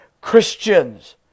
Christians